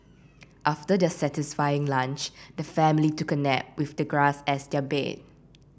after their satisfying lunch the family took a nap with the grass as their bed